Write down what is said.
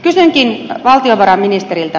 kysynkin valtiovarainministeriltä